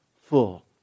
full